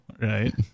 right